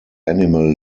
animal